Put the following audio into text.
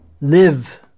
live